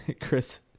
Chris